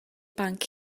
banc